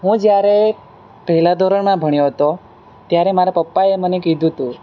હું જ્યારે પહેલાં ધોરણમાં ભણ્યો હતો ત્યારે મારા પપ્પાએ મને કીધું હતું